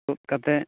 ᱛᱩᱫ ᱠᱟᱛᱮᱫ